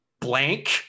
blank